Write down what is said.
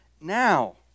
now